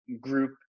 group